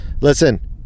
listen